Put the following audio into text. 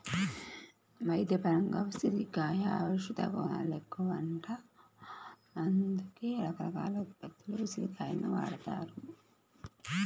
వైద్యపరంగా ఉసిరికలో ఔషధగుణాలెక్కువంట, అందుకే రకరకాల ఉత్పత్తుల్లో ఉసిరి కాయలను వాడతారు